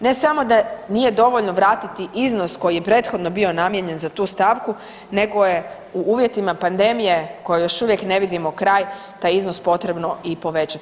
Ne samo da nije dovoljno vratiti iznos koji je prethodno bio namijenjen za tu stavku nego je u uvjetima pandemije kojoj još uvijek ne vidimo kraj taj iznos potrebno i povećati.